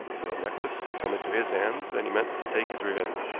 the real necklace had come into his hands, and he meant to take his revenge